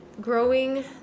growing